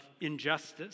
injustice